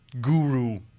guru